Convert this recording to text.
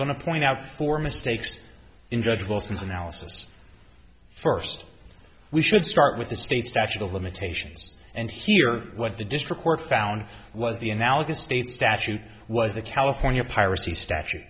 going to point out for mistakes in judge wilson's analysis first we should start with the state statute of limitations and hear what the district court found was the analogous state statute was the california piracy statu